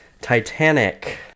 Titanic